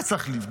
היה צריך לבדוק,